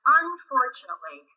unfortunately